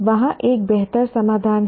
वहाँ एक बेहतर समाधान है